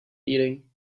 eating